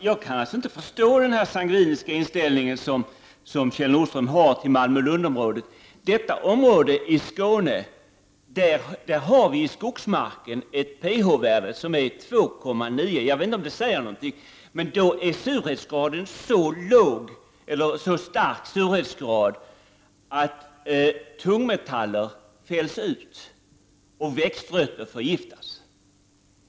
Herr talman! Jag kan inte förstå den sangviniska inställning som Kjell Nordström har hört i Malmö-Lund-området. Detta område i Skåne har ett pH-värde i skogsmarken som är 2,9. Jag vet inte om det säger Kjell Nordström någonting, men då är surhetsgraden så stark att tungmetaller fälls ut och växtrötter förgiftas.